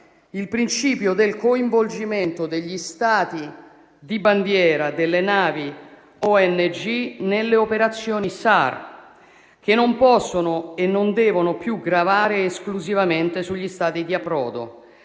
il principio del coinvolgimento degli Stati di bandiera delle navi ONG nelle operazioni SAR, che non possono e non devono più gravare esclusivamente sugli Stati di approdo.